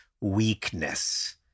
weakness